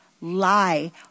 lie